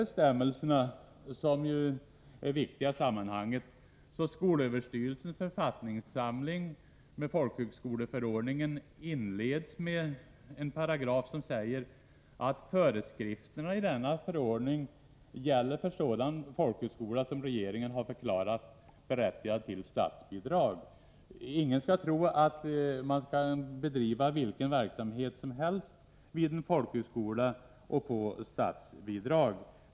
Bestämmelserna är viktiga i sammanhanget, och jag kan framhålla att skolöverstyrelsens författningssamling med folkhögskoleförordningen inleds med en paragraf som säger, att föreskrifterna i denna förordning gäller för sådan folkhögskola som regeringen har förklarat berättigad till statsbidrag. 127 Ingen skall tro att man kan bedriva vilken verksamhet som helst vid en folkhögskola och få statsbidrag.